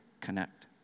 connect